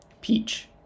Peach